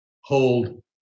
hold